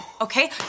Okay